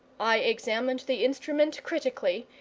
i examined the instrument critically,